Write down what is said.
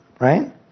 right